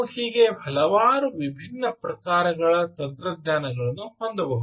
ಹೀಗೆ ನೀವು ಹಲವಾರು ವಿಭಿನ್ನ ಪ್ರಕಾರಗಳ ತಂತ್ರಜ್ಞಾನವನ್ನು ಹೊಂದಬಹುದು